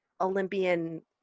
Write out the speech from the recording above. Olympian